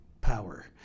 power